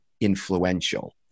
influential